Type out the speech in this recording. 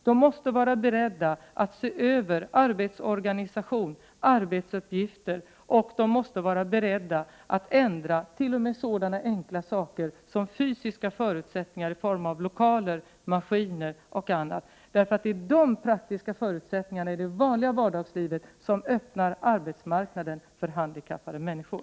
De måste vara beredda att se över arbetsorganisation och arbetsuppgifter, och de måste också vara beredda att ändra t.o.m. sådana enkla saker som fysiska förutsättningar i form av lokaler, maskiner och annat. Det är nämligen sådana praktiska förutsättningar, i vardagslivet, som öppnar arbetsmarknaden för handikappade människor.